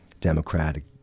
democratic